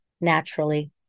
naturally